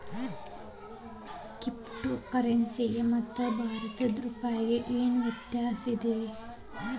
Crypto ಕರೆನ್ಸಿಗೆ ಮತ್ತ ಭಾರತದ್ ರೂಪಾಯಿಗೆ ಏನ್ ವ್ಯತ್ಯಾಸಿರ್ತದ?